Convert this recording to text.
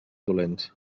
dolents